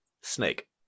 Snake